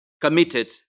committed